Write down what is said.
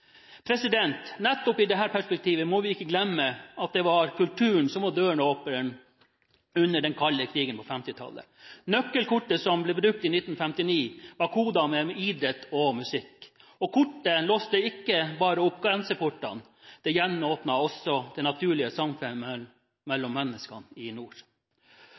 Nettopp i dette perspektivet må vi ikke glemme at det var kulturen som var døråpneren under den kalde krigen på 1950-tallet. Nøkkelkortet som ble brukt i 1959, var kodet med idrett og musikk. Kortet låste ikke bare opp grenseportene – det gjenåpnet også det naturlige samkvemmet mellom menneskene i nord.